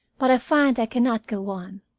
but find i can not go on.